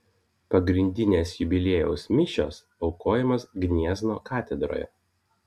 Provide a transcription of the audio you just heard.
pagrindinės jubiliejaus mišios aukojamos gniezno katedroje